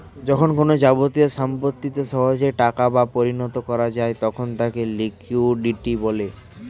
যখন কোনো যাবতীয় সম্পত্তিকে সহজেই টাকা তে পরিণত করা যায় তখন তাকে লিকুইডিটি বলে